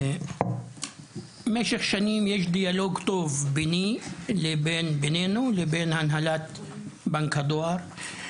משך שנים יש דיאלוג טוב בינינו לבין הנהלת בנק הדואר,